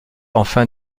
enfin